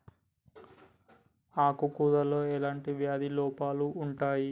ఆకు కూరలో ఎలాంటి వ్యాధి లోపాలు ఉంటాయి?